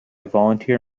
volunteer